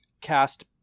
cast